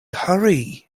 hurry